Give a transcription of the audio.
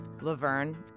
Laverne